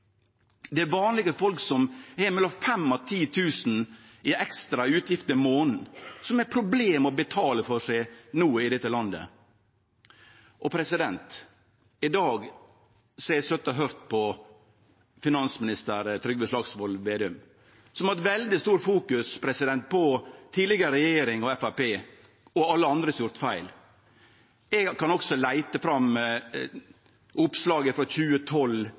Det er vanlege folk som har mellom 5 000 kr og 10 000 kr i ekstra utgifter i månaden, som har problem med å betale for seg no i dette landet. I dag har eg sete og høyrt på finansminister Trygve Slagsvold Vedum, som i veldig stor grad har vore oppteken av tidlegare regjering, Framstegspartiet og alle andre som har gjort feil. Eg kan òg leite fram oppslaget frå 2012